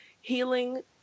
healing